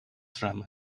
from